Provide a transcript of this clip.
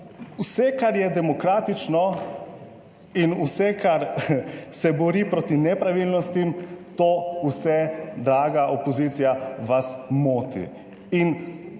vse kar je demokratično in vse kar se bori proti nepravilnostim, to vse, draga opozicija, vas moti.